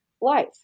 life